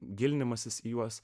gilinimasis į juos